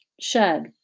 shed